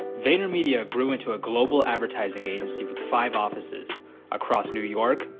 vaynermedia grew into a global advertising agency with five offices across new york,